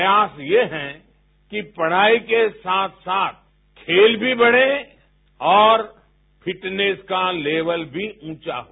प्रयास ये है कि पढाई के साथ साथ खेल भी बढ़े और फिटनेस का लेवल भी ऊंचा हो